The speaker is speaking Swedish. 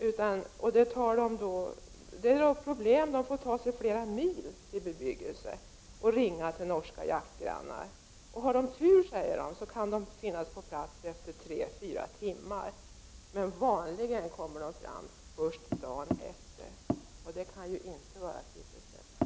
Det innebär stora problem för jägarna som får ta sig flera mil till bebyggelse för att ringa till norska jaktgrannar. Om de har tur, säger de, kan de norska jägarna finnas på plats efter tre fyra timmar, men vanligtvis kommer de norska jägarna först dagen efter, vilket inte kan vara tillfredsställande.